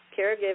caregiving